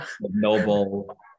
noble